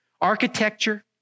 architecture